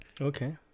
Okay